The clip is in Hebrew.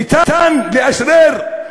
ניתן לאשרר,